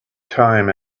time